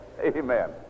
Amen